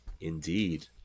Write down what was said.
Indeed